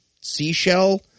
seashell